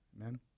Amen